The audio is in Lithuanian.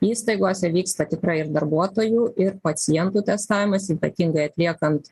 įstaigose vyks patikra ir darbuotojų ir pacientų testavimas ypatingai atliekant